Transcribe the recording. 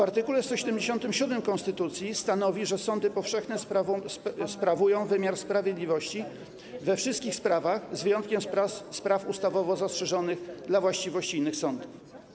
Art. 177 konstytucji stanowi, że sądy powszechne sprawują wymiar sprawiedliwości we wszystkich sprawach, z wyjątkiem spraw ustawowo zastrzeżonych dla właściwości innych sądów.